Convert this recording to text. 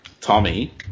Tommy